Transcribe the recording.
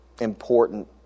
important